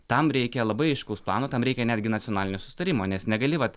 tam reikia labai aiškaus plano tam reikia netgi nacionalinio susitarimo nes negali vat